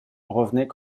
revenaient